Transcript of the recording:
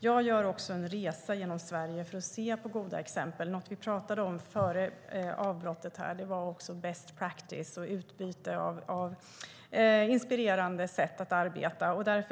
Jag gör en resa genom Sverige för att se på goda exempel. Före ajourneringen talade vi om best practice och utbyte av inspirerande sätt att arbeta på.